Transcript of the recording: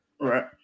right